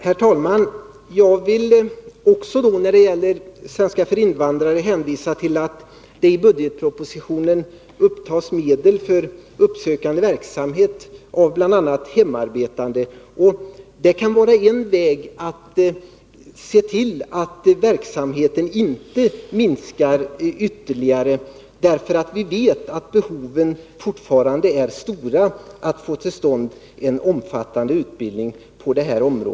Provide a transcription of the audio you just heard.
Herr talman! När det gäller svenska för invandrare vill jag hänvisa till att det i budgetpropositionen upptas medel för uppsökande verksamhet beträffande bl.a. hemarbetande. Det kan vara en väg att se till att denna undervisning inte minskar ytterligare. Vi vet att behoven av en omfattande utbildning på detta område fortfarande är stora.